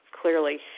clearly